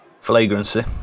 Flagrancy